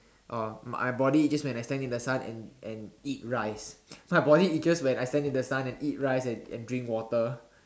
or my body itches when I stand in the sun and and eat rice my body itches when I stand in the sun and eat rice and and drink water